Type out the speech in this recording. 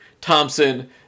Thompson